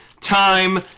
time